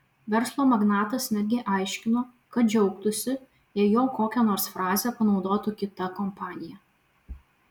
verslo magnatas netgi aiškino kad džiaugtųsi jeigu jo kokią nors frazę panaudotų kita kompanija